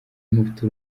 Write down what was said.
mufite